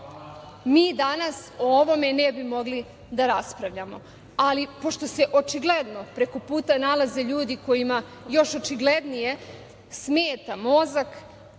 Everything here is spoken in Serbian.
mi danas o ovome ne bi mogli da raspravljamo, ali pošto se očigledno prekoputa nalaze ljudi kojima još očiglednije smeta mozak